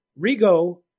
Rigo